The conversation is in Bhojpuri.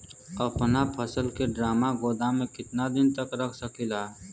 अपना फसल की ड्रामा गोदाम में कितना दिन तक रख सकीला?